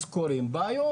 אז קורים בעיות.